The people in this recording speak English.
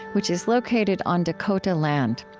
which is located on dakota land.